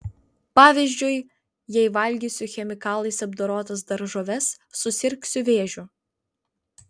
pavyzdžiui jei valgysiu chemikalais apdorotas daržoves susirgsiu vėžiu